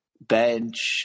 Bench